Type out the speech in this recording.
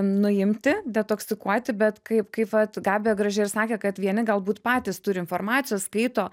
nuimti detoksikuoti bet kaip kaip vat gabija gražiai ir sakė kad vieni galbūt patys turi informacijos skaito